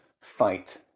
Fight